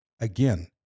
Again